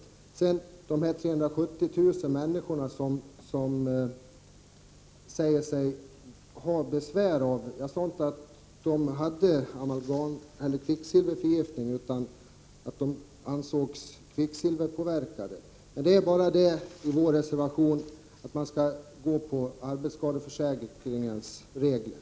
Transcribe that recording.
Jag sade inte att de 370000 människorna som anser sig ha besvär också lider av kvicksilverförgiftning utan att de ansåg sig kvicksilverpåverkade. Vi anser alltså att man skall tillämpa arbetsskadeförsäkringens regler.